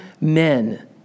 men